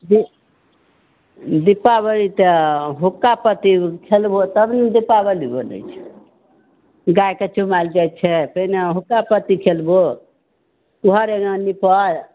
हूँ दीपाबली तऽ हुक्कापत्ति खेलबो तब ने दीपाबली हो जाइ छै गायके चुमाएल जाइ छै पहिने हुक्कापट्टी खेलभो घर अङ्गना निपाएल